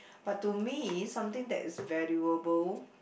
but to me something that is valuable